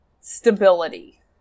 stability